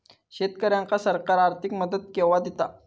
शेतकऱ्यांका सरकार आर्थिक मदत केवा दिता?